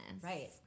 Right